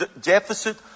deficit